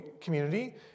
community